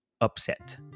upset